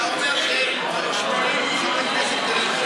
ואתה אומר ש-80 חברי כנסת,